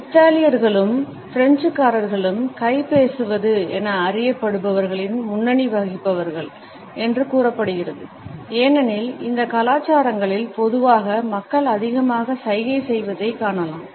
இத்தாலியர்களும் பிரெஞ்சுக்காரர்களும் கை பேசுவது என அறியப்படுபவர்களில் முன்னணி வகிப்பவர்கள் என்று கூறப்படுகிறது ஏனெனில் இந்த கலாச்சாரங்களில் பொதுவாக மக்கள் அதிகமாக சைகை செய்வதைக் காணலாம்